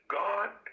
god